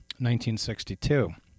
1962